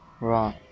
wrong